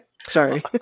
Sorry